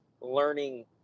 learning